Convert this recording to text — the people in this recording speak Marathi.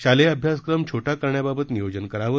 शालेय अभ्यासक्रम छोटा करण्याबाबत नियोजन करावे